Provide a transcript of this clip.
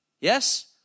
yes